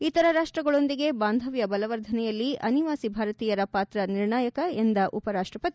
ಇತರ ರಾಷ್ಟಗಳೊಂದಿಗೆ ಬಾಂಧವ್ಯ ಬಲವರ್ಧನೆಯಲ್ಲಿ ಅನಿವಾಸಿ ಭಾರತೀಯರ ಪಾತ್ರ ನಿರ್ಣಾಯಕ ಎಂದು ಉಪರಾಷ್ಟಪತಿ